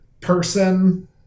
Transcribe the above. person